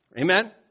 Amen